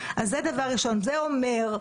זה אומר,